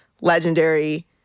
legendary